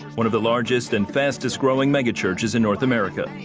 one of the largest and fastest growing mega churches in north america.